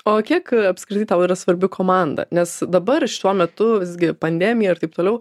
o kiek apskritai tau yra svarbi komanda nes dabar šituo metu visgi pandemija ir taip toliau